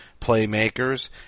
playmakers